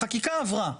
החקיקה עברה,